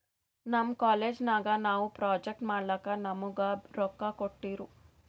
ನಮ್ ಕಾಲೇಜ್ ನಾಗ್ ನಾವು ಪ್ರೊಜೆಕ್ಟ್ ಮಾಡ್ಲಕ್ ನಮುಗಾ ರೊಕ್ಕಾ ಕೋಟ್ಟಿರು